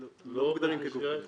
לא במסגרת כוחות הביטחון?